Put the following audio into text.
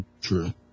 True